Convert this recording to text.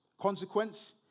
consequence